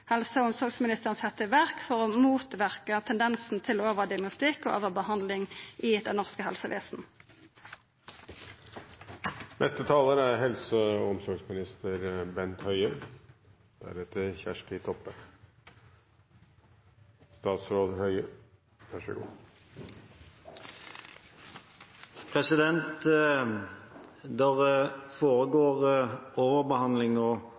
helse- og omsorgsministeren setja i verk for å motverka tendensen til overdiagnostikk og overbehandling i det norske helsevesenet? Det foregår overbehandling og